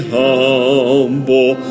humble